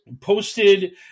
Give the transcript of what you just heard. posted